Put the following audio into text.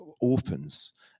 orphans